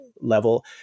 level